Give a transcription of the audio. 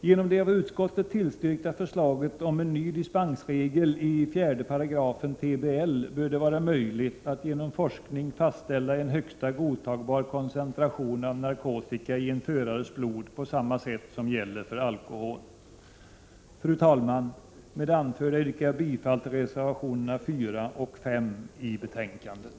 Genom det av utskottet tillstyrkta förslaget om en ny dispensregel i 4 § TBL bör det vara möjligt att genom forskning fastställa en högsta godtagbar koncentration av narkotika i en förares blod på samma sätt som gäller för alkohol. Fru talman! Med det anförda yrkar jag bifall till reservationerna 4 och 5 i betänkandet.